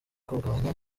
kugabanya